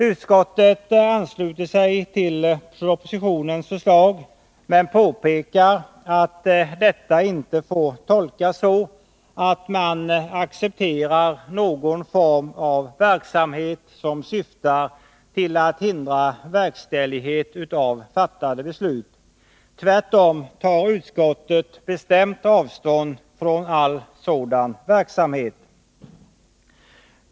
Utskottet ansluter sig till propositionens förslag men påpekar att detta inte får tolkas så att man accepterar någon form av verksamhet som syftar till att hindra verkställighet av fattade beslut. Tvärtom tar utskottet bestämt avstånd från all sådan verksamhet.